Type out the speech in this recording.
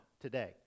today